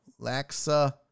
Laxa